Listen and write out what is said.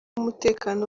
umutekano